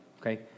Okay